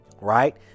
right